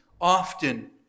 often